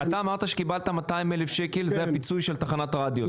אמרת שקיבלת 200,000 שקל, זה הפיצוי של תחנת רדיו.